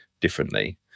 differently